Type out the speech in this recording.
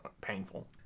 painful